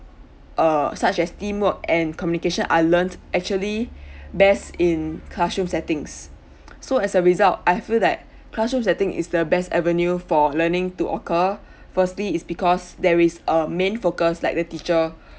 err such as teamwork and communication are learned actually best in classroom settings so as a result I feel that classroom setting is the best avenue for learning to occur firstly is because there is a main focus like the teacher